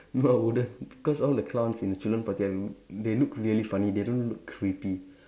no I wouldn't because all the clowns in the children party they look really funny they don't look creepy